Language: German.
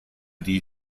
die